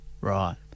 Right